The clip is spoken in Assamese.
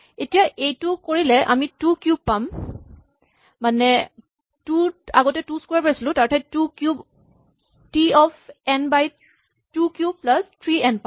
এতিয়া এইটো কৰিলে আমি two cube T of n by two cube plus three n পাম